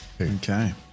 Okay